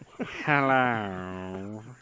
Hello